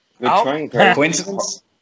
Coincidence